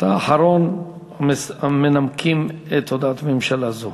אתה אחרון המנמקים בהודעת הממשלה הזו.